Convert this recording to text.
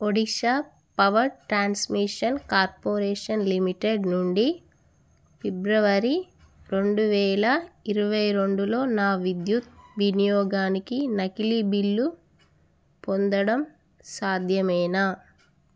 Odisha power transmission corporation limited నుండి ఫిబ్రవరి రెండు వేల ఇరవై రెండులో నా విద్యుత్ వినియోగానికి నకిలీ బిల్లు పొందడం సాధ్యమేనా